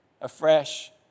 afresh